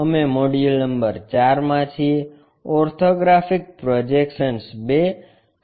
અમે module number 4 માં છીએ ઓર્થોગ્રાફિક પ્રોજેક્શન્સ II